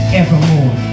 evermore